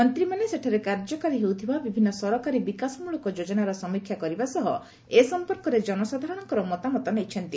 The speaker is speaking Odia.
ମନ୍ତ୍ରୀମାନେ ସେଠାରେ କାର୍ଯ୍ୟକାରୀ ହେଉଥିବା ବିଭିନ୍ନ ସରକାରୀ ବିକାଶମୂଳକ ଯୋଜନାର ସମୀକ୍ଷା କରିବା ସହ ଏ ସଂପର୍କରେ ଜନସାଧାରଣଙ୍କର ମତାମତ ନେଇଛନ୍ତି